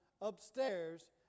upstairs